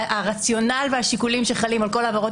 הרציונל והשיקולים שחלים על כל עבירות